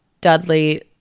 Dudley